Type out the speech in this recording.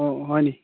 অঁ হয় নেকি